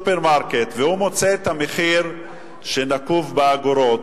סופרמרקט, ומוצא מחיר שנקוב באגורות,